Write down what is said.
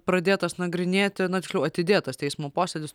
pradėtas nagrinėti na tiksliau atidėtas teismo posėdis